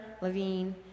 Levine